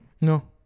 No